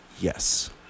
Yes